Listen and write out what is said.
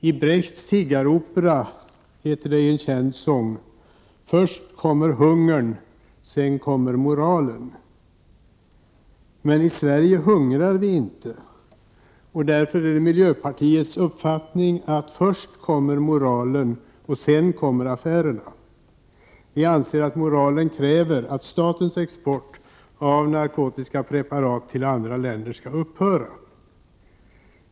I Brechts tiggaropera heter det i en känd sång: ”Först kommer hungern, sen kommer moralen.” Men i Sverige hungrar vi inte. Därför är det miljöpartiets uppfattning att först kommer moralen, sedan kommer affärerna. Vi anser att moralen kräver att statens export av narkotiska preparat till andra länder skall upphöra.